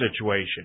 situation